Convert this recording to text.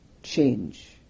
change